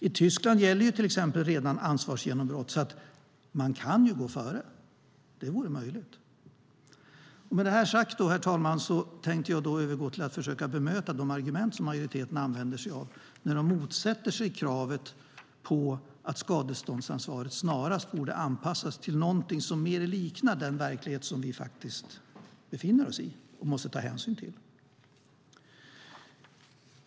I Tyskland gäller till exempel redan ansvarsgenombrott, så man kan ju gå före. Det vore möjligt. Med det här sagt, herr talman, tänkte jag övergå till att försöka bemöta de argument som majoriteten använder sig av när de motsätter sig kravet på att skadeståndsansvaret snarast borde anpassas till något som mer liknar den verklighet vi faktiskt befinner oss i och måste ta hänsyn till.